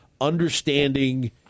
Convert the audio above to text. understanding